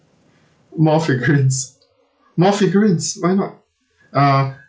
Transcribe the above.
more figurines more figurines why not uh